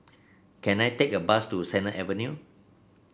can I take a bus to Sennett Avenue